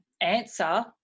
answer